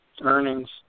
earnings